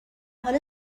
حال